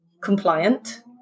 compliant